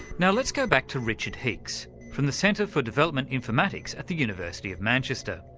now let's go back to richard heeks from the centre for development informatics at the university of manchester.